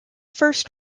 first